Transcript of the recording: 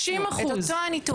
מתוך ה-60%, אני מדברת על ה-40%.